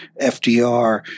FDR